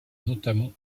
notamment